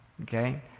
Okay